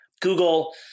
Google –